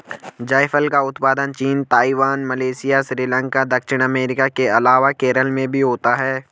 जायफल का उत्पादन चीन, ताइवान, मलेशिया, श्रीलंका, दक्षिण अमेरिका के अलावा केरल में भी होता है